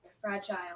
fragile